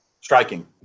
Striking